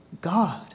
God